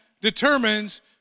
determines